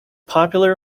popular